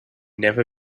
never